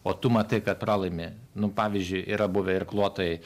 o tu matai kad pralaimi nu pavyzdžiui yra buvę irkluotojai